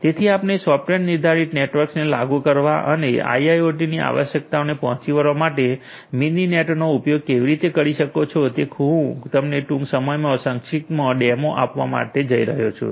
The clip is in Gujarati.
તેથી આપણે સોફ્ટવેર નિર્ધારિત નેટવર્ક્સને લાગુ કરવા અને આઈઆઈઓટીની આવશ્યકતાઓને પહોંચી વળવા માટે મીનીનેટનો ઉપયોગ કેવી રીતે કરી શકો છો તે હું તમને ટૂંક સમયમાં સંક્ષિપ્તમાં ડેમો આપવા જઈ રહ્યો છું